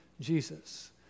Jesus